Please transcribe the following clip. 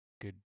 Good